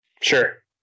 sure